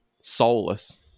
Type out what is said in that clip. soulless